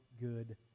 good